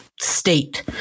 state